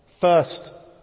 first